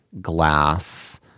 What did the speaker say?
Glass